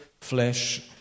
flesh